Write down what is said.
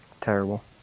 Terrible